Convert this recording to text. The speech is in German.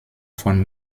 von